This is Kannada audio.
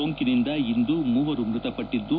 ಸೋಂಕಿನಿಂದ ಇಂದು ಮೂವರು ಮೃತಪಟ್ಟದ್ದು